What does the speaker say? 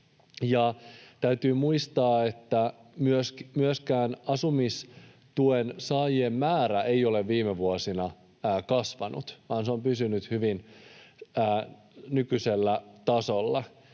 Täytyy muistaa, että myöskään asumistuen saajien määrä ei ole viime vuosina kasvanut vaan se on pysynyt hyvin nykyisellä tasolla.